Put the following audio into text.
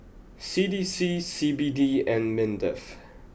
C D C C B D and Mindef